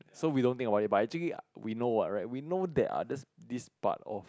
so we don't think about it but actually we know what right we know there are just this part of